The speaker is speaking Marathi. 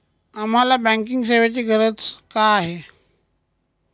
आम्हाला बँकिंग सेवेची गरज का आहे?